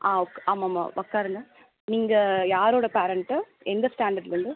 ஆ உக் ஆமாம் ஆமாம் உட்காருங்க நீங்கள் யாரோடய பேரெண்ட்டு எந்த ஸ்டாண்டர்ட்லிருந்து